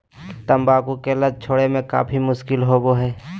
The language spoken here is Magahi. तंबाकू की लत छोड़े में काफी मुश्किल होबो हइ